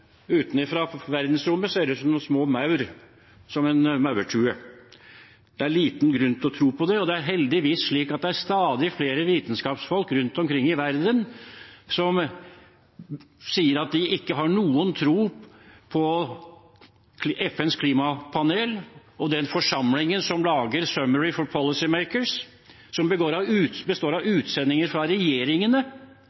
som noen små maur, som en maurtue. Det er liten grunn til å tro på det, og det er heldigvis slik at stadig flere vitenskapsfolk rundt omkring i verden sier at de ikke har noen tro på FNs klimapanel og den forsamlingen som lager «Summary for Policymakers», som består av